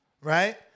Right